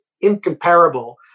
incomparable